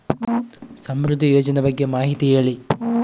ಸಮೃದ್ಧಿ ಯೋಜನೆ ಬಗ್ಗೆ ಮಾಹಿತಿ ಹೇಳಿ?